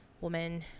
woman